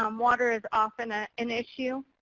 um water is often ah an issue.